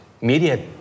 media